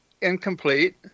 incomplete